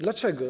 Dlaczego?